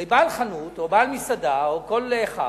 הרי בעל חנות, או בעל מסעדה, או כל אחד,